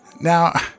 Now